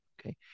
okay